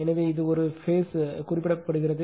எனவே இது ஒரே ஒரு பேஸ் குறிப்பிடப்படுகிறது